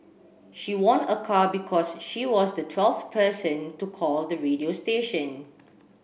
she won a car because she was the twelfth person to call the radio station